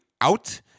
out